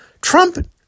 Trump